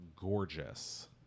gorgeous